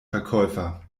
verkäufer